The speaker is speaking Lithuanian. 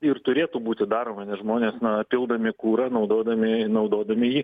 ir turėtų būti daroma nes žmonės na pildami kurą naudodami naudodami jį